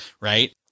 right